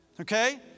okay